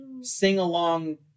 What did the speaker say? sing-along